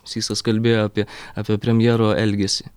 sysas kalbėjo apie apie premjero elgesį